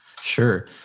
Sure